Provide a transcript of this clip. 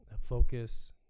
focus